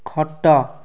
ଖଟ